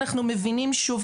אנחנו מבינים שוב,